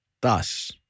Thus